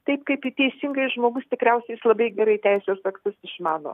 taip kaip i teisingai žmogus tikriausiai jis labai gerai teisės aktus išmano